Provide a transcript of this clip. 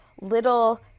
little